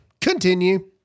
Continue